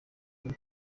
muri